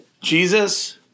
Jesus